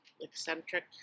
eccentric